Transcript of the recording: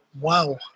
Wow